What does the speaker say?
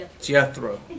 Jethro